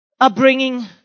upbringing